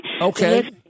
Okay